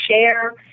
share